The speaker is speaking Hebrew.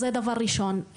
זה דבר ראשון.